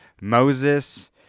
moses